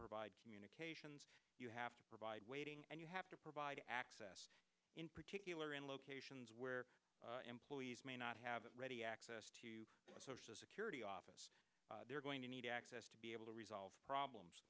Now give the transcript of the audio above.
provide communications you have to provide waiting and you have to provide access in particular in locations where employees may not have ready access to a social security office they're going to need access to be able to resolve